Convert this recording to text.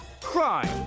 crime